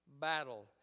battle